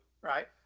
right